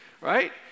Right